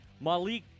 Malik